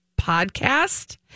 podcast